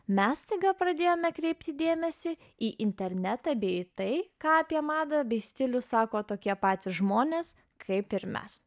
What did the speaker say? mes staiga pradėjome kreipti dėmesį į internetą bei tai ką apie madą bei stilių sako tokie patys žmonės kaip ir mes